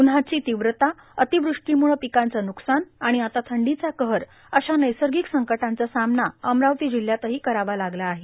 उन्हाची तीव्रता र्तातवृष्टोमुळं पिकाचं न्कसान आर्गण आता थंडीचा कहर अशा नैर्सागक संकटांचा सामना अमरावती जिल्ह्यात करावा लागला आहे